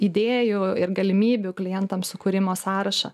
idėjų ir galimybių klientam sukūrimo sąrašą